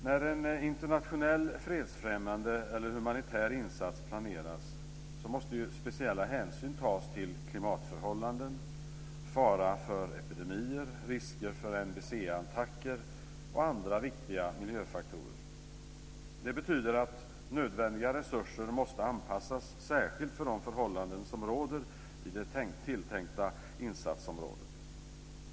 När en internationell fredsfrämjande eller humanitär insats planeras måste ju speciella hänsyn tas till klimatförhållanden, fara för epidemier, risker för NBC-attacker och andra viktiga miljöfaktorer. Det betyder att nödvändiga resurser måste anpassas särskilt för de förhållanden som råder i det tilltänkta insatsområdet.